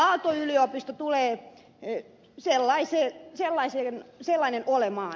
aalto yliopisto tulee sellainen olemaan